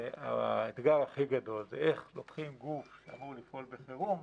זה איך לוקחים גוף שאמור לפעול בחירום,